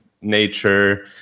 nature